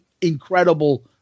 incredible